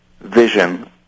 vision